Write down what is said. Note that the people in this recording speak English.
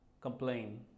complain